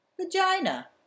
vagina